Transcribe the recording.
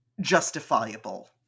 justifiable